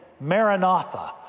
Maranatha